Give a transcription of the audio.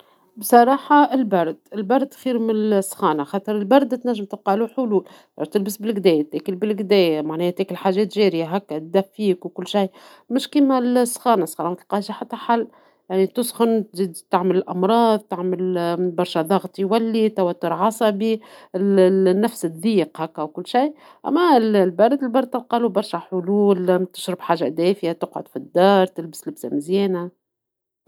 بصراحة البرد ،البرد خير من سخانة ، البرد تنجم تلقالو حلول ، تلبس بالقدا تأكل بالقدا معناها تأكل حاجات جارية ، هكا تدفيك وكل شي ، مش كيما سخانة متلقالهاش حتى حل ، تسخن تزيد تعمل الأمراض تعمل برشا ضغط يولي توتر عصبي ، النفس تضيق هكا وكل شي ، أما البرد ، البرد تلقالو برشا حلول تشرب حاجة دافية ، تقعد في الدار ، تلبس لبسة مزيانة.